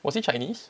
was he chinese